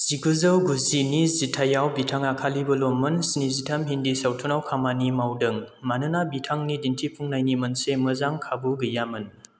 जिगुजौ गुजिनि जिथायाव बिथाङा खालिबोल' मोन स्निजिथाम हिन्दी सावथुनाव खामानि मावदों मानोना बिथांनि दिन्थिफुंनायनि मोनसे मोजां खाबु गैयामोन